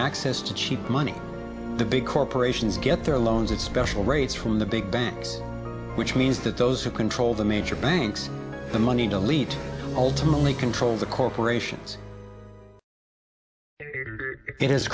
access to cheap money the big corporations get their loans at special rates from the big banks which means that those who control the major banks the moneyed elite ultimately control the corporations it has